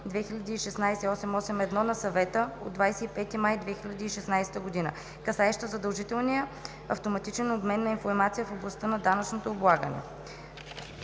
2016/881 на Съвета от 25 май 2016 г., касаеща задължителния автоматичен обмен на информация в областта на данъчното облагане.